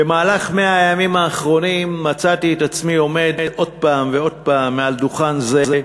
במהלך 100 הימים האחרונים מצאתי את עצמי עומד שוב ושוב על דוכן זה,